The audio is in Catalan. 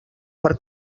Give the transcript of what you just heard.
per